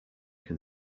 can